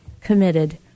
committed